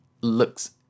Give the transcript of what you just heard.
looks